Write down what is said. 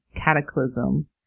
cataclysm